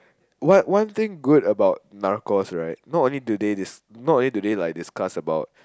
what one thing good about narcos right not only today not only today like they discuss about